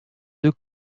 deux